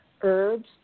herbs